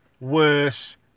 worse